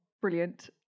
brilliant